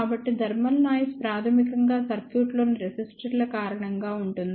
కాబట్టి thermal noise ప్రాథమికంగా సర్క్యూట్లోని రెసిస్టర్ల కారణంగా ఉంటుంది